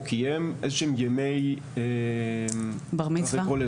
קיים איזה שהם ימי --- בר מצווה.